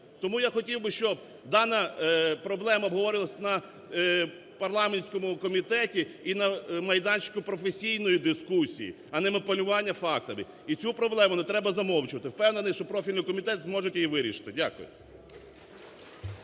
Тому я хотів би, щоб дана проблема обговорювалась на парламентському комітеті і на майданчику професійної дискусії, а не маніпулювання фактами. І цю проблему не треба замовчувати, впевнений, що профільний комітет зможе її вирішить. Дякую.